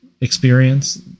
experience